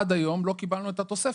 עד היום לא קיבלנו את התוספת.